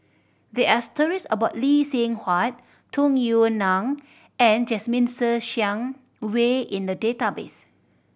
there are stories about Lee Seng Huat Tung Yue Nang and Jasmine Ser Xiang Wei in the database